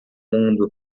mundo